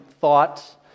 thoughts